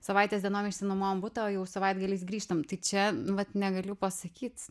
savaitės dienom išsinuomojam butą o jau savaitgaliais grįžtam tai čia vat negaliu pasakyt